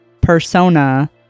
persona